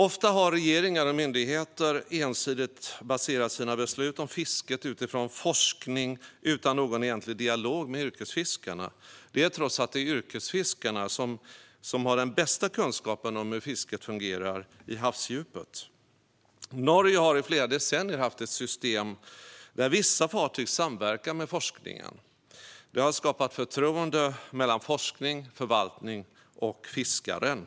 Ofta har regeringar och myndigheter ensidigt baserat sina beslut om fisket på forskning, utan någon egentlig dialog med yrkesfiskarna. Så har det varit trots att det är yrkesfiskarna som har den bästa kunskapen om hur fisket fungerar i havsdjupen. Norge har i flera decennier haft ett system där vissa fartyg samverkar med forskningen. Det har skapat förtroende mellan forskningen, förvaltningen och fiskaren.